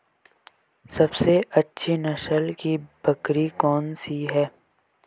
सबसे अच्छी नस्ल की बकरी कौन सी है?